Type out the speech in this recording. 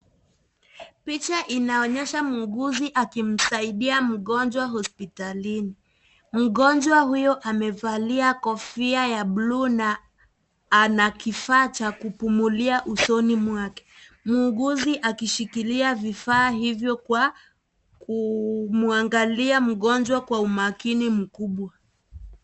Picha inaonyesha mwuguzi akimsaidia mgonjwa hospitalini. Mgonjwa huyo amevalia kofia ya buluu na ana kifaa cha kupumilia usoni mwake. Mwuguzi akishikilia vifaa hivyo kwa kumwangalia mgonjwa kwa umakini mkubwa.